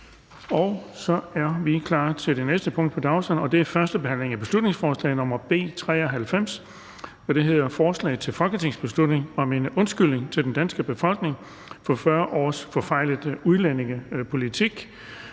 Det er vedtaget. --- Det sidste punkt på dagsordenen er: 9) 1. behandling af beslutningsforslag nr. B 93: Forslag til folketingsbeslutning om en undskyldning til den danske befolkning for 40 års forfejlet udlændingepolitik.